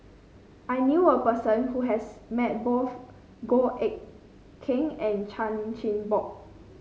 I knew a person who has met both Goh Eck Kheng and Chan Chin Bock